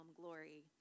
glory